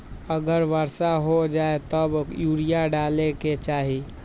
अगर वर्षा हो जाए तब यूरिया डाले के चाहि?